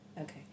Okay